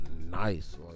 nice